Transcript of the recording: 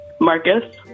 Marcus